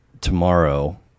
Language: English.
Tomorrow